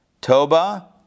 Toba